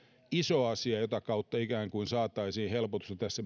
iso asia jota kautta ikään kuin saataisiin helpotusta tässä